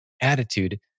attitude